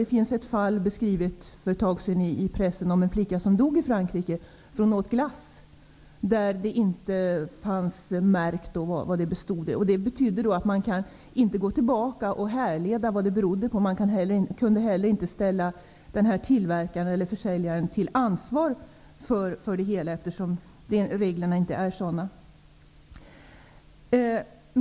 Det finns ett i pressen för en tid sedan beskrivet fall där en flicka i Frankrike dog av att äta glass utan innehållsmärkning. Man kunde då inte härleda orsaken till dödsfallet och inte heller ställa tillverkaren eller försäljaren till ansvar, eftersom reglerna inte är sådana.